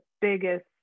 biggest